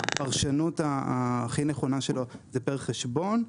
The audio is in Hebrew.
הפרשנות הכי נכונה שלו זה פר חשבון,